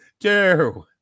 two